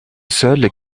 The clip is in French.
seule